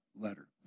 letter